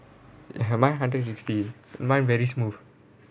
ya mine hundred sixty mine very smooth